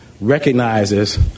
recognizes